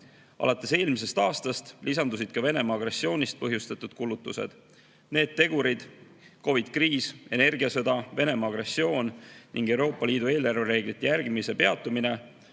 Alates eelmisest aastast lisandusid ka Venemaa agressioonist põhjustatud kulutused. Need tegurid – COVID-kriis, energiasõda, Venemaa agressioon ning Euroopa Liidu eelarvereeglite järgimise peatumine